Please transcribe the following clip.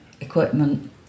equipment